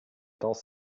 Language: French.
temps